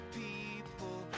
people